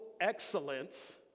excellence